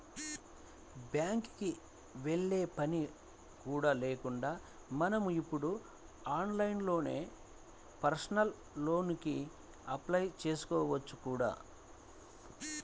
బ్యాంకుకి వెళ్ళే పని కూడా లేకుండా మనం ఇప్పుడు ఆన్లైన్లోనే పర్సనల్ లోన్ కి అప్లై చేసుకోవచ్చు కూడా